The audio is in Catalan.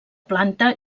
planta